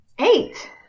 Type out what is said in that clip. Eight